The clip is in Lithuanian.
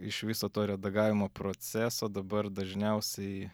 iš viso to redagavimo proceso dabar dažniausiai